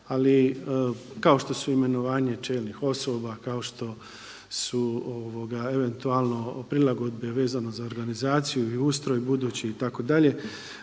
ali kao što su imenovanje čelnih osoba, kao što su eventualno prilagodbe vezano za organizaciju i ustroj budući itd.,